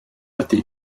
ydy